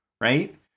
right